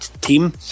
team